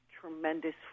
tremendous